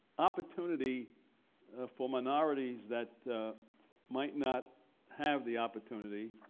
opportunity for minorities that might not have the opportunity,